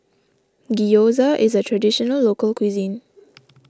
Gyoza is a Traditional Local Cuisine